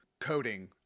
coding